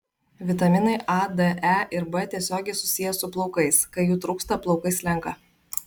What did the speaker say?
vitaminai a d e ir b tiesiogiai susiję su plaukais kai jų trūksta plaukai slenka